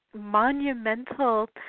monumental